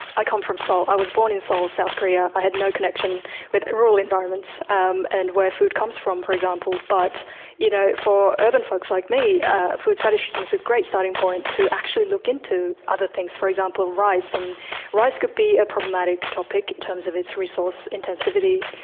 i come from seoul, i was born in seoul, south korea. i had no connection with rural environments um and where food comes from, for example, but you know, for urban folks like me food fetishism is a great starting point to actually look into other things for example, rice. and rice could be a problematic topic in terms of its resource intensivity,